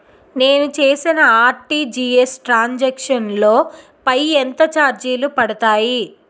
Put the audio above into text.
నేను చేసిన RTGS transaction లో పై ఎంత చార్జెస్ పడతాయి?